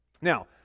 Now